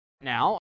Now